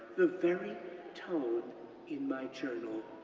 the very tone in my journal